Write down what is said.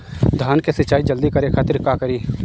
धान के सिंचाई जल्दी करे खातिर का करी?